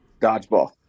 Dodgeball